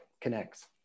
connects